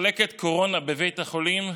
מחלקת קורונה בבית החולים,